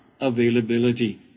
availability